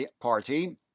party